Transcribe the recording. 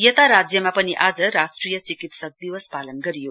यता राज्यमा पनि आज राष्ट्रिय चिकित्सक दिवस पालन गरियो